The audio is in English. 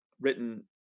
written